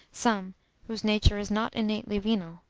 some whose nature is not innately venal.